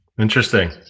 Interesting